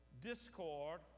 discord